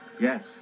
Yes